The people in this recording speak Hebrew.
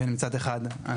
מצד אחד,